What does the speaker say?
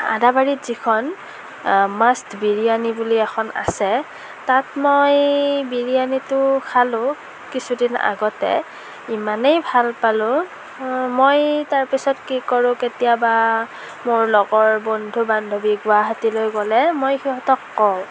আদাবাৰীত যিখন মাষ্ট বিৰিয়ানী বুলি এখন আছে তাত মই বিৰিয়ানিটো খালো কিছুদিন আগতে ইমানেই ভাল পালো মই তাৰপিছত কি কৰোঁ কেতিয়াবা মোৰ লগৰ বন্ধু বান্ধৱী গুৱাহাটীলৈ গ'লে মই সিহঁতক কওঁ